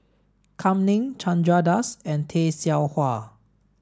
Kam Ning Chandra Das and Tay Seow Huah